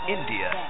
India